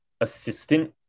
assistant